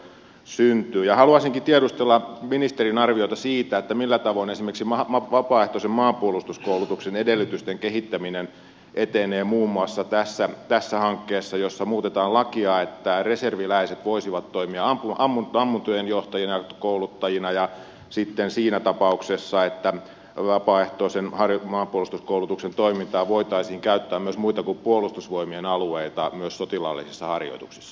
haluaisinkin tiedustella ministerin arviota siitä millä tavoin esimerkiksi vapaaehtoisen maanpuolustuskoulutuksen edellytysten kehittäminen etenee muun muassa tässä hankkeessa jossa muutetaan lakia että reserviläiset voisivat toimia ammuntojen johtajina kouluttajina ja sitten siinä tapauksessa että vapaaehtoisen maanpuolustuskoulutuksen toimintaan voitaisiin käyttää myös muita kuin puolustusvoimien alueita myös sotilaallisissa harjoituksissa